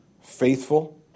faithful